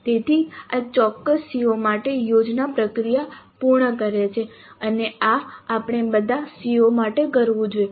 તેથી આ ચોક્કસ CO માટે યોજના પ્રક્રિયા પૂર્ણ કરે છે અને આ આપણે બધા CO માટે કરવું જોઈએ